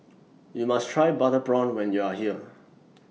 YOU must Try Butter Prawn when YOU Are here